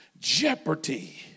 jeopardy